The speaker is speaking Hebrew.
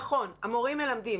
נכון, המורים מלמדים